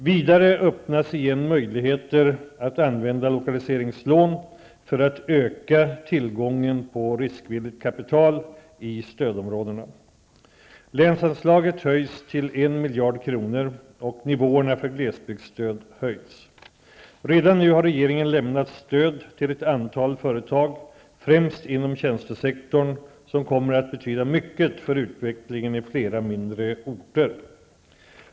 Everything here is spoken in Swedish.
Vidare öppnas igen möjligheter att använda lokaliseringslån för att öka tillgången på riskvilligt kapital i stödområdena. Länsanslaget höjs till 1 miljard kronor och nivåerna för glesbygdsstöd höjs. Redan nu har regeringen lämnat stöd till ett antal företag, främst inom tjänstesektorn, som kommer att betyda mycket för utvecklingen i flera mindre orter.